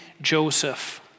Joseph